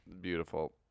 Beautiful